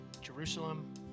Jerusalem